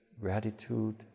gratitude